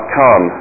come